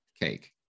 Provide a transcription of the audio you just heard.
cake